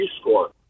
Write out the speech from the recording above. score